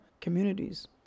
communities